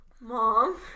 Mom